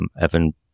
evan